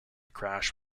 crash